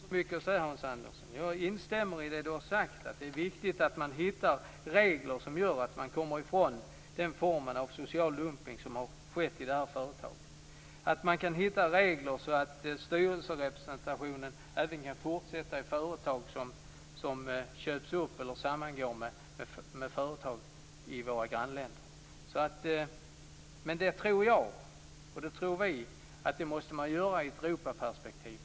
Fru talman! Jag har inte så mycket att säga, Hans Andersson. Jag instämmer i det han har sagt om att det är viktigt att man hittar regler som gör att man kommer ifrån den form av social dumpning som har skett i detta företag och att man hittar regler så att styrelserepresentationen fortsätter i företag som köps upp eller sammangår med företag i våra grannländer. Vi tror att man måste försöka förändra i ett Europaperspektiv.